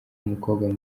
umukobwa